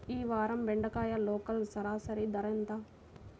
ఈ వారం బెండకాయ లోకల్ సరాసరి ధర ఎంత?